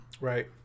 Right